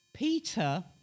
Peter